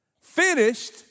Finished